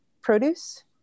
produce